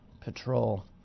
Patrol